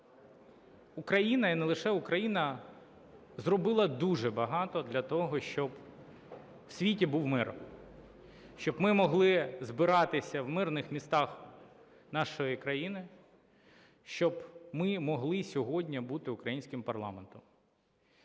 Україна і не лише Україна зробила дуже багато для того, щоб в світі був мир, щоб ми могли збиратися в мирних містах нашої країни, щоб ми могли сьогодні бути українським парламентом.